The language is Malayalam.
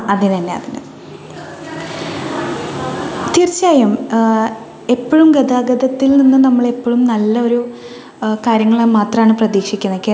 അ അതിനു തന്നെ തീർച്ചയായും എപ്പോഴും ഗതാഗതത്തിൽ നിന്ന് നമ്മളെപ്പോഴും നല്ല ഒരു കാര്യങ്ങൾ മാത്രമാണ് പ്രതീക്ഷിക്കുന്നത് കേരളത്തിലത്തെ